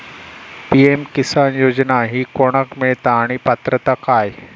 PM किसान योजना ही कोणाक मिळता आणि पात्रता काय?